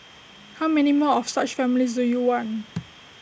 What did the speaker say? how many more of such families do you want